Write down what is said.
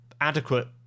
adequate